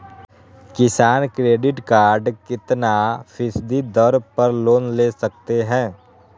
किसान credit card कितना फीसदी दर पर लोन ले सकते हैं?